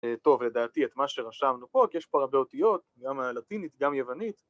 טוב, לדעתי את מה שרשמנו פה, כי יש פה הרבה אותיות, גם הלטינית, גם יוונית